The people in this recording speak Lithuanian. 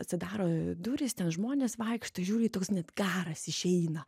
atsidaro durys ten žmonės vaikšto žiūri toks net garas išeina